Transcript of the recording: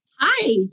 Hi